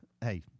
Hey